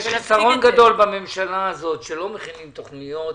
יש חיסרון גדול בממשלה הזאת, שלא מכינים תוכניות.